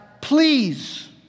please